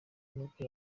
n’uko